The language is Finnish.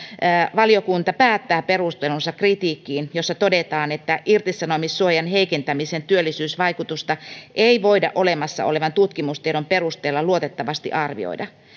valiokunta päättää perustelunsa kritiikkiin jossa todetaan että irtisanomissuojan heikentämisen työllisyysvaikutusta ei voida olemassa olevan tutkimustiedon perusteella luotettavasti arvioida